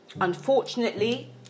Unfortunately